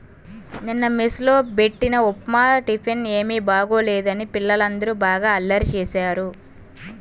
నిన్న మెస్ లో బెట్టిన ఉప్మా టిఫిన్ ఏమీ బాగోలేదని పిల్లలందరూ బాగా అల్లరి చేశారు